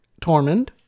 Tormund